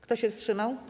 Kto się wstrzymał?